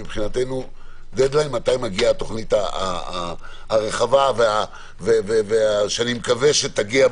לדעת, מתי מגיעה התוכנית הרחבה שאני מקווה שתגיע.